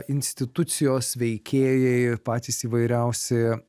institucijos veikėjai patys įvairiausi